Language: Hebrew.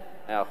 מאה אחוז.